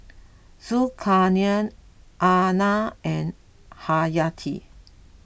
Zulkarnain Aina and Hayati